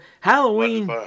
Halloween